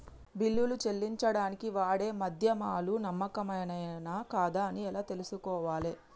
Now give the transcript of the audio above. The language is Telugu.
బిల్లులు చెల్లించడానికి వాడే మాధ్యమాలు నమ్మకమైనవేనా కాదా అని ఎలా తెలుసుకోవాలే?